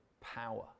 power